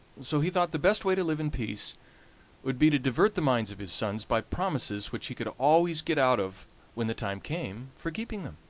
so he thought the best way to live in peace would be to divert the minds of his sons by promises which he could always get out of when the time came for keeping them.